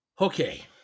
Okay